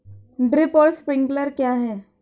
Drip और sprinkler क्या हैं?